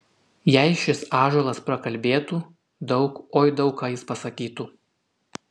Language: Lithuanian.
jei šis ąžuolas prakalbėtų daug oi daug ką jis pasakytų